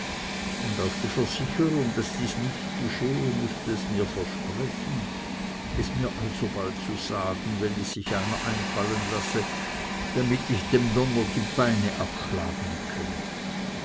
und auf die versicherung daß dies nicht geschehe mußte es mir versprechen es mir alsobald zu sagen wenn es sich einer einfallen ließe damit ich dem d die beine abschlagen könne